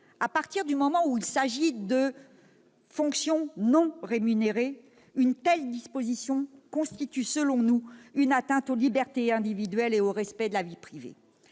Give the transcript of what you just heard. À partir du moment où il s'agit de fonctions non rémunérées, une telle disposition constitue, selon nous, une atteinte aux libertés individuelles et au respect de la vie privée.